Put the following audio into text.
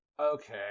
Okay